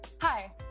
hi